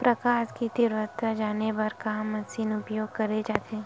प्रकाश कि तीव्रता जाने बर का मशीन उपयोग करे जाथे?